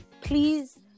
please